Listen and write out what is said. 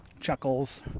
chuckles